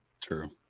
True